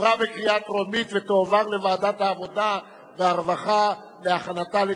תועבר לוועדת העבודה והרווחה,